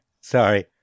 sorry